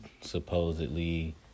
supposedly